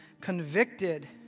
convicted